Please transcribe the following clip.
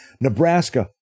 Nebraska